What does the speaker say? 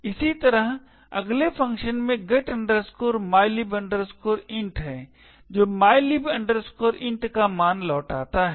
इसी तरह अगले फ़ंक्शन में get mylib int है जो mylib int का मान लौटाता है